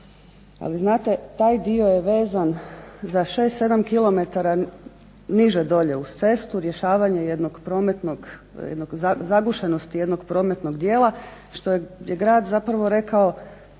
ali znate taj dio je vezan za 6,7 km niže dolje uz cestu, rješavanje zagušenosti jednog prometnog dijela što je grad zapravo rekao